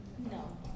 No